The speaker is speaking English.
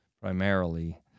primarily